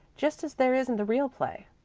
just as there is in the real play.